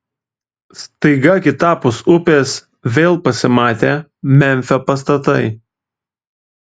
staiga kitapus upės vėl pasimatė memfio pastatai